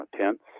tents